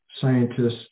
scientists